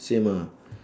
same ah